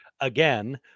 Again